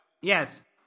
Yes